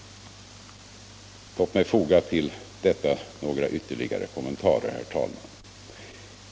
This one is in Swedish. Låt mig till detta foga några ytterligare kommentarer.